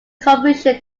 confusion